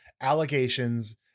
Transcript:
allegations